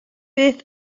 beth